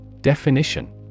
Definition